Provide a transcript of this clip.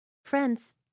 Friends